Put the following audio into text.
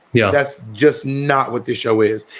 yeah that's just not what this show is.